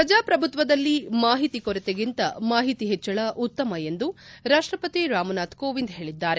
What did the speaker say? ಪ್ರಜಾಪ್ರಭುತ್ವದಲ್ಲಿ ಮಾಹಿತಿ ಕೊರತೆಗಿಂತ ಮಾಹಿತಿ ಹೆಚ್ಚಳ ಉತ್ತಮ ಎಂದು ರಾಷ್ಷಪತಿ ರಾಮನಾಥ್ ಕೋವಿಂದ್ ಹೇಳಿದ್ದಾರೆ